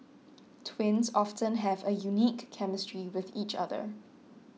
twins often have a unique chemistry with each other